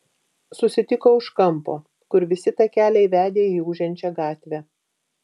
susitiko už kampo kur visi takeliai vedė į ūžiančią gatvę